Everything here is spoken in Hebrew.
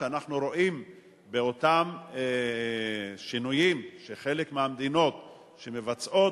כשאנחנו רואים באותם שינויים שחלק מהמדינות מבצעות,